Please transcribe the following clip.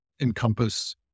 encompass